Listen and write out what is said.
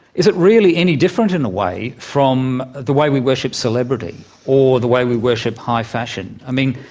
is it really any different, in a way, from the way we worship celebrity or the way we worship high fashion? i mean,